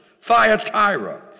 Thyatira